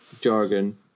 jargon